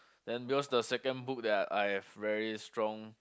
then because the second book that I have very strong